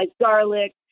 garlic